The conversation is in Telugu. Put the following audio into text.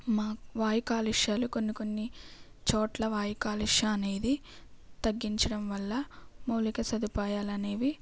మా వాయు కాలుష్యాలు కొన్ని కొన్ని చోట్ల వాయు కాలుష్యం అనేది తగ్గించడంవల్ల మౌలిక సదుపాయాలనేవి